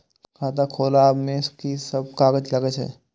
खाता खोलाअब में की सब कागज लगे छै?